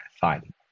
fine